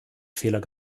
fehler